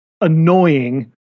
annoying